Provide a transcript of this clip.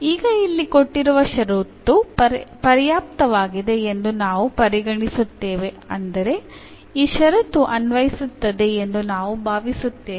ಈಗ ಇಲ್ಲಿ ಕೊಟ್ಟಿರುವ ಷರತ್ತು ಪರ್ಯಾಪ್ತವಾಗಿದೆ ಎಂದು ನಾವು ಪರಿಗಣಿಸುತ್ತೇವೆ ಅಂದರೆ ಈ ಷರತ್ತು ಅನ್ವಯಿಸುತ್ತದೆ ಎಂದು ನಾವು ಭಾವಿಸುತ್ತೇವೆ